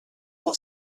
what